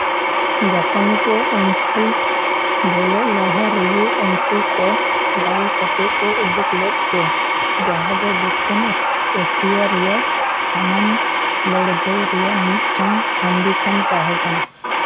ᱡᱟᱯᱟᱱᱤ ᱠᱚ ᱤᱢᱯᱷᱚᱞ ᱵᱚᱞᱚᱜ ᱞᱟᱦᱟ ᱨᱮᱜᱮ ᱩᱱᱠᱩ ᱠᱚ ᱫᱟᱞ ᱠᱟᱛᱮᱫ ᱠᱚ ᱳᱰᱳᱠ ᱞᱮᱫ ᱠᱚᱣᱟ ᱡᱟᱦᱟᱸ ᱫᱚ ᱫᱚᱠᱠᱷᱤᱱ ᱮᱥᱤᱭᱟ ᱨᱮᱭᱟᱜ ᱥᱟᱱᱟᱢ ᱞᱟᱹᱲᱦᱟᱹᱭ ᱨᱮᱭᱟᱜ ᱢᱤᱫᱴᱟᱝ ᱥᱚᱱᱫᱷᱤᱠᱠᱷᱚᱱ ᱛᱟᱦᱮᱸ ᱠᱟᱱᱟ